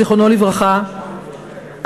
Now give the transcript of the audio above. זיכרונו לברכה,